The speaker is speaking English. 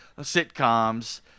sitcoms